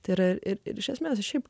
tai yra ir iš esmės šiaip